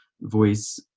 voice